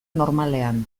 normalean